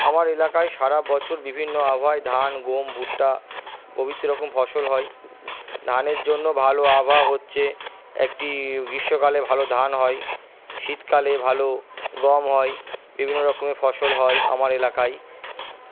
আমার এলাকায় সারা বছর বিভিন্ন আবহাওয়ায় ধান গম ভুট্টা প্রভৃত রকম ফসল হয় ধানের জন্য ভালো আবহাওয়া হচ্ছে একটি গ্রীষ্মকালে ভালো ধান হয় শীতকালে ভালো গম হয় বিভিন্ন রকমের ফসল হয় আমার এলাকায়